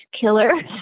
killer